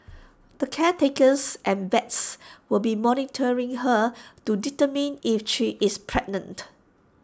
the caretakers and vets will be monitoring her to determine if she is pregnant